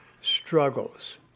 struggles